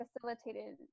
facilitated